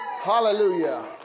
Hallelujah